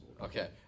Okay